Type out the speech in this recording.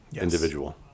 individual